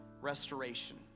restoration